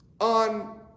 on